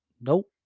nope